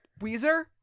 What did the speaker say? Weezer